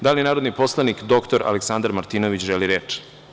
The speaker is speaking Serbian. Da li narodni poslanik dr Aleksandar Martinović želi reč?